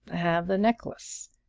have the necklace?